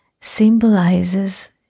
symbolizes